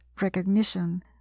recognition